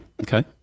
Okay